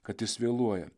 kad jis vėluoja